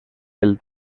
pel